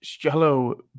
Hello